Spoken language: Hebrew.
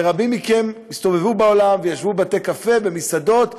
ורבים מכם הסתובבו בעולם וישבו בבתי-קפה ובמסעדות,